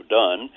done